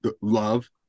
Love